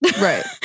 Right